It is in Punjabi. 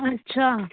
ਅੱਛਾ